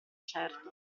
certo